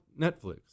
Netflix